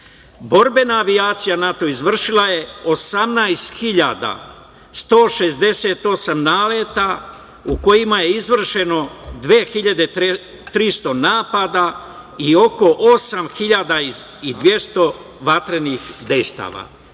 zemlju. Borbena avijacija NATO izvršila je 18.168 naleta u kojima je izvršeno 2.300 napada i oko 8.200 vatrenih dejstava.